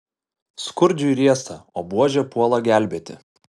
skurdžiui riesta o buožė puola gelbėti